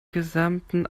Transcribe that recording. gesamten